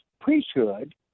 priesthood